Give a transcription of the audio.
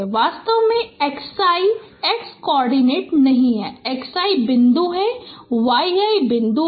वास्तव में 𝑥𝑖 x coordinate नहीं है 𝑥𝑖 बिंदु है 𝑦𝑖 बिंदु है और वे एक साथ युग्मित हैं